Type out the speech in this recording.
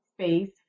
space